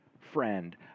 friend